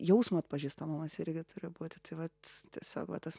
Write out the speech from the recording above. jausmo atpažįstamumas irgi turi būti tai vat tiesiog va tas